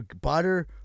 butter